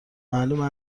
معلومه